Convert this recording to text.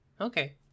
Okay